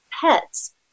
pets